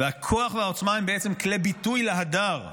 והכוח והעוצמה הם בעצם כלי ביטוי להדר,